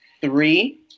three